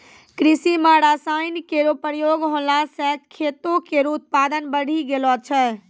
कृषि म रसायन केरो प्रयोग होला सँ खेतो केरो उत्पादन बढ़ी गेलो छै